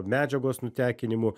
medžiagos nutekinimu